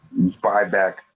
buyback